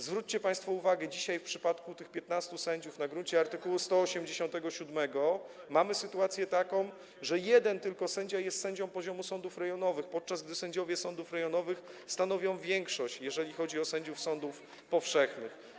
Zwróćcie państwo uwagę, że dzisiaj w przypadku tych 15 sędziów na gruncie art. 187 mamy sytuację taką, że tylko jeden sędzia jest sędzią z poziomu sądów rejonowych, podczas gdy sędziowie sądów rejonowych stanowią większość, jeżeli chodzi o sędziów sądów powszechnych.